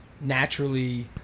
naturally